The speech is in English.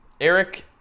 Eric